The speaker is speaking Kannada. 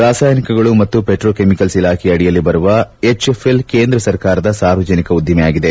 ರಸಾಯನಿಕಗಳು ಮತ್ತು ಪೆಟ್ರೋಕೆಮಿಕಲ್ಪ್ ಇಲಾಖೆಯ ಅಡಿಯಲ್ಲಿ ಬರುವ ಎಚ್ಎಫ್ಎಲ್ ಕೇಂದ್ರ ಸರ್ಕಾರದ ಸಾರ್ವಜನಿಕ ವಲಯದ ಉದ್ದಿಮೆಯಾಗಿದೆ